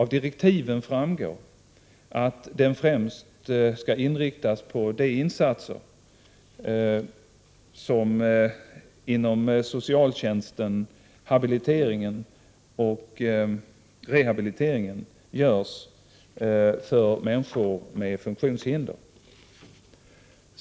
Av direktiven framgår att den främst skall inriktas på de insatser inom socialtjänsten, habiliteringen och rehabiliteringen som görs för människor med funktionshinder.